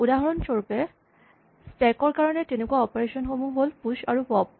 উদাহৰণস্বৰূপে স্টেক ৰ কাৰণে তেনেকুৱা অপাৰেচন সমূহ হ'ল প্যুচ আৰু পপ্